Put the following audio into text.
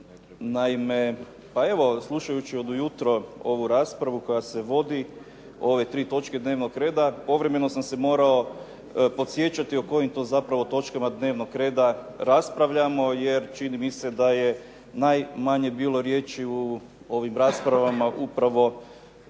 Naime, pa evo slušajući od ujutro ovu raspravu koja se vodi, ove 3. točke dnevnog reda, povremeno sam se morao podsjećati o kojim to zapravo točkama dnevnog reda raspravljamo jer čini mi se da je najmanje bilo riječi u ovim raspravama upravo